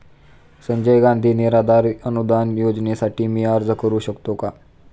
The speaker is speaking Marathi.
संजय गांधी निराधार अनुदान योजनेसाठी मी अर्ज करू शकतो का?